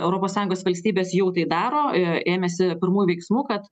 europos sąjungos valstybės jau tai daro ėmėsi pirmųjų veiksmų kad